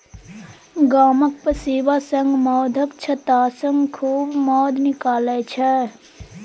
गामक पसीबा सब मौधक छत्तासँ खूब मौध निकालै छै